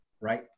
right